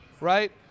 right